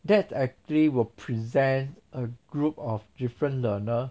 that actually will present a group of different learner